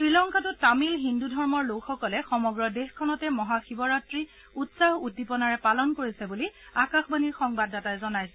শ্ৰীলংকাতো তামিল হিন্দু ধৰ্মৰ লোকসকলে সমগ্ৰ দেশখনতে মহাশিৱৰাত্ৰি উৎসাহ উদ্দীপনাৰে পালন কৰিছে বুলি আকাশবাণীৰ সংবাদদাতাই জনাইছে